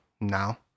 now